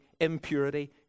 impurity